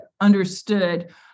understood